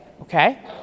Okay